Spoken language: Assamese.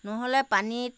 নহ'লে পানীত